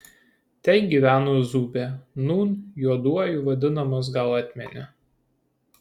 ten gyveno zūbė nūn juoduoju vadinamas gal atmeni